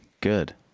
Good